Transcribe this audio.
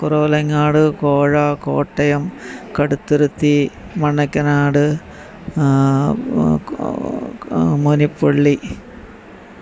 Kuravilangad Kozha Kottayam Kaduthuruthy Manakkanad Monippally